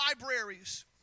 libraries